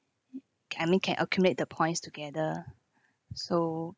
I mean can accumulate the points together so